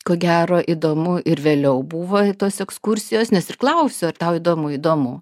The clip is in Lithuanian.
ko gero įdomu ir vėliau buvo tos ekskursijos nes ir klausiu ar tau įdomu įdomu